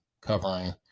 covering